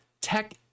Tech